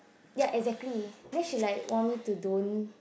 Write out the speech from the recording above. ya exactly then she like want me to don't